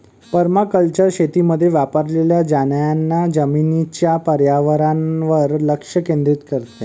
permaculture शेतीमध्ये वापरल्या जाणाऱ्या जमिनीच्या पर्यावरणावर लक्ष केंद्रित करते